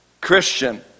Christian